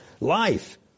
life